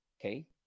Okay